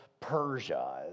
Persia